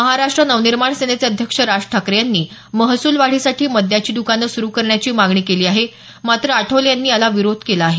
महाराष्ट्र नवनिर्माण सेनेचे अध्यक्ष राज ठाकरे यांनी महसूल वाढीसाठी मद्याची दुकानं सुरु करण्याची मागणी केली आहे मात्र आठवले यांनी याला विरोध केला आहे